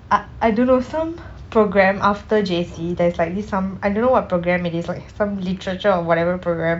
I I don't know some program after J_C there's like this some I don't know what program it is like from literature or whatever program